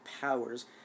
powers